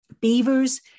Beavers